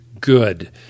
good